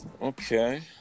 okay